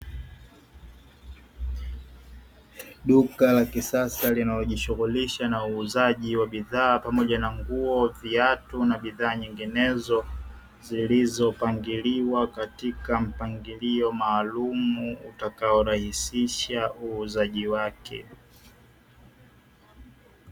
Duka la kisasa linalojihusisha na uuzaji wa bidhaa pamoja na nguo, viatu na bidhaa zinginezo zilizo pangiliwa katika mpangilio maalumu utakao rahisisha uuzaji wake.